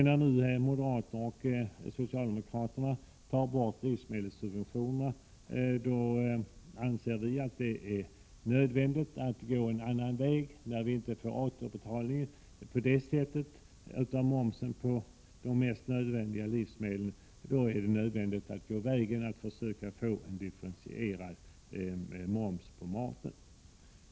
När nu moderater och socialdemokrater tar bort livsmedelssubventionerna anser vi att det är nödvändigt att gå en annan väg. Eftersom vi inte får återbetalning av momsen på de mest nödvändiga livsmedlen, via livsmedelssubventioner åt konsumenterna, är det nödvändigt att försöka få en differentierad moms på maten.